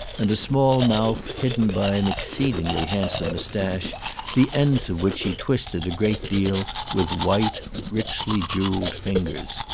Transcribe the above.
and a small mouth hidden by an exceedingly handsome moustache the ends of which he twisted a great deal with white, richly jewelled fingers.